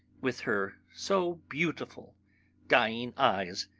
with her so beautiful dying eyes,